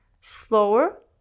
slower